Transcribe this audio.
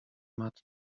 matt